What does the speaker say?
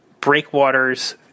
breakwaters